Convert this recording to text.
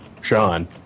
Sean